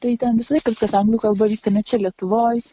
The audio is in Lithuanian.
tai ten visą laiką viskas anglų kalba vyksta net čia lietuvoj